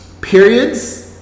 Periods